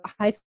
high